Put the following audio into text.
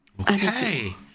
Okay